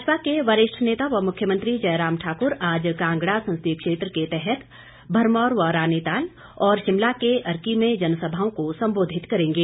भाजपा के वरिष्ठ नेता व मुख्यमंत्री जयराम ठाक्र आज कांगड़ा संसदीय क्षेत्र के तहत भरमौर व रानीताल और शिमला के अर्की में जनसभाओं को संबोधित करेंगे